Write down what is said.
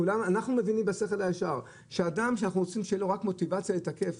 אנחנו מבינים בשכל הישר שאדם שאנחנו רוצים שתהיה לו מוטיבציה לתקף